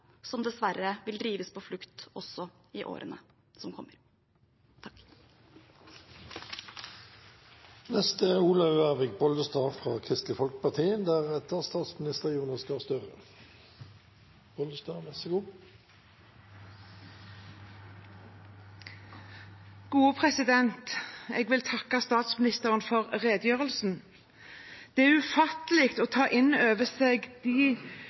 som dessverre vil drives på flukt også i årene som kommer. Jeg vil takke statsministeren for redegjørelsen. Det er ufattelig å ta inn over seg